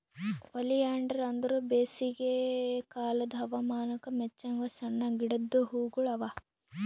oleander ಅಂದುರ್ ಬೇಸಿಗೆ ಕಾಲದ್ ಹವಾಮಾನಕ್ ಮೆಚ್ಚಂಗ್ ಸಣ್ಣ ಗಿಡದ್ ಹೂಗೊಳ್ ಅವಾ